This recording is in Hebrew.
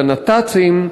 לנת"צים,